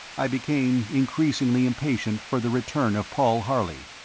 i became increasingly impatient for the return of paul harley.